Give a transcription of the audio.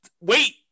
wait